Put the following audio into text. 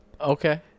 Okay